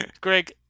Greg